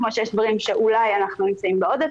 כמו שיש דברים שאולי אנחנו נמצאים בעודף